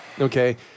okay